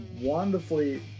wonderfully